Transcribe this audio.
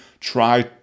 Try